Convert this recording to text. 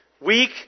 weak